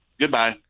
Goodbye